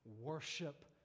Worship